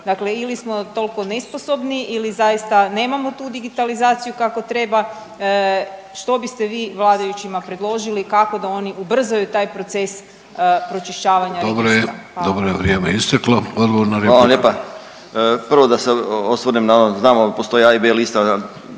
Dakle, ili smo toliko nesposobni ili zaista nemamo tu digitalizaciju kako treba, što biste vi vladajućima predložili kako da oni ubrzaju taj proces pročišćavanja …/Upadica: Dobro je./… registra. Hvala. **Vidović, Davorko (Socijaldemokrati)**